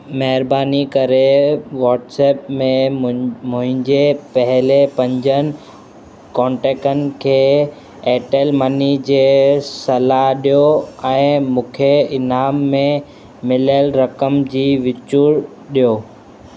महिरबानी करे व्हाट्सेप में मु मुंहिंजे पहले पंजनि कॉन्टेक्टनि खे एयरटेल मनी जे सलाहु ॾियो ऐं मूंखे इनाम में मिलियल रक़म जी विचूरु ॾियो